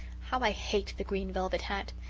how i hate the green velvet hat!